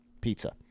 pizza